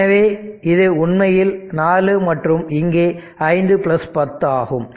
எனவே இது உண்மையில் 4 மற்றும் இங்கே 5 10 ஆகும்